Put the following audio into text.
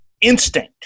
instinct